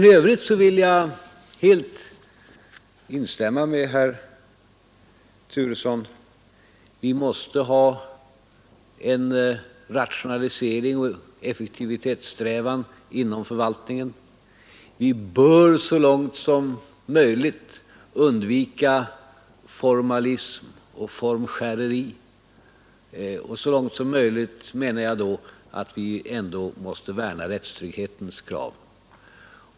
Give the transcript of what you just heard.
I övrigt vill jag emellertid helt instämma med herr Turesson. Vi måste inom förvaltningen ha en strävan efter rationalisering och effektivitet, och vi bör så långt som möjligt undvika formalism och formskäreri. Och med ”så långt som möjligt” menar jag då att vi alltid måste värna rättstrygghetens krav.